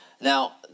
Now